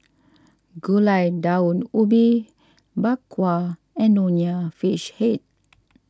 Gulai Daun Ubi Bak Kwa and Nonya Fish Head